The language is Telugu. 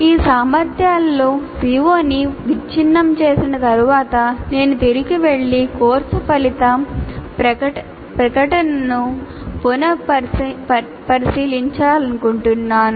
ఈ సామర్థ్యాలలో CO ని విచ్ఛిన్నం చేసిన తరువాత నేను తిరిగి వెళ్లి కోర్సు ఫలిత ప్రకటనను పునః పరిశీలించాలనుకుంటున్నాను